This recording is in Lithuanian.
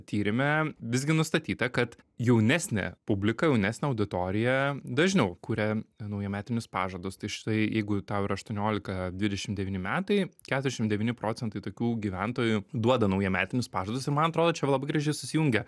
tyrime visgi nustatyta kad jaunesnė publika jaunesnė auditorija dažniau kuria naujametinius pažadus tai štai jeigu tau yra aštuoniolika dvidešim devyni metai keturiasdešim devyni procentai tokių gyventojų duoda naujametinius pažadus ir man atrodo čia labai gražiai susijungia